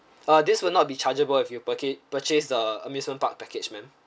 uh this will not be chargeable if you purchase purchase the amusement park package ma'am